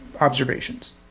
observations